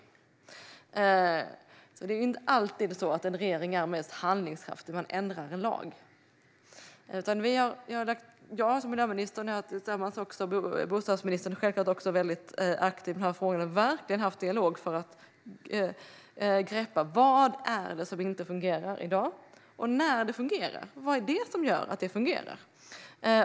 Det är inte alltid så att en regering är mest handlingskraftig när den ändrar en lag. Jag som miljöminister och bostadsministern, som självklart också är väldigt aktiv i de här frågorna, har verkligen haft en dialog för att greppa vad det är som inte fungerar i dag och, när det fungerar, vad det är som gör att det fungerar.